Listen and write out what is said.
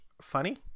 funny